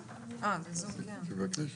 הבריאות.